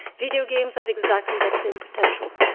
video games have exactly that same potential.